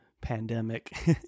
pandemic